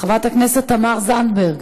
חברת הכנסת תמר זנדברג,